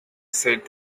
said